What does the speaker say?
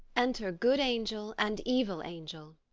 enter good angel and evil angel.